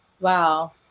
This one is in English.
Wow